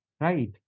right